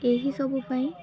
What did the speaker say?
ଏହି ସବୁପାଇଁ